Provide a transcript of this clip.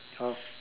oh